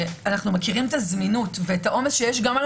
כשאנחנו מכירים את הזמינות ואת העומס שיש גם על